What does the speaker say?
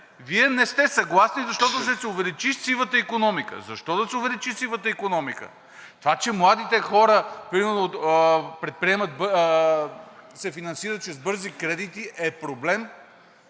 Вие не сте съгласни, защото ще се увеличи сивата икономика. Защо да се увеличи сивата икономика? Това, че младите хора примерно се финансират чрез бързи кредити, е проблем